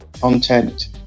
content